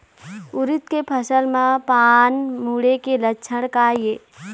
उरीद के फसल म पान मुड़े के लक्षण का ये?